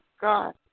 God